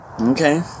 Okay